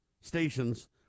stations